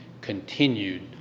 continued